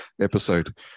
episode